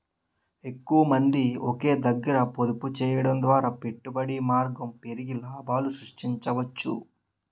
ఎక్కువమంది ఒకే దగ్గర పొదుపు చేయడం ద్వారా పెట్టుబడి మార్గం పెరిగి లాభాలు సృష్టించవచ్చు